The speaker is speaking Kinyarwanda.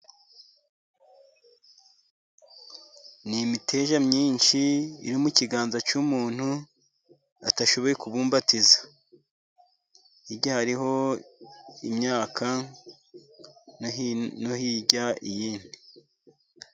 Ni miteja myinshi iri mu kiganza cy'umuntu atashoboye kubumbatiza, hirya hariho imyaka, no hirya iyindi.